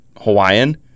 Hawaiian